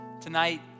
Tonight